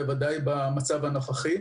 בוודאי במצב הנוכחי.